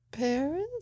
Paris